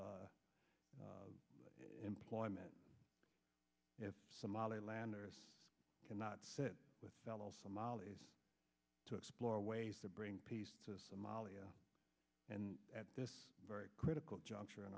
employment if somaliland cannot sit with fellow somalis to explore ways to bring peace to somalia and at this very critical juncture in